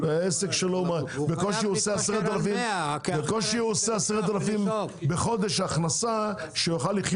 העסק שלו בקושי מכניס 10,000 ₪ בחודש, הוא לא נהיה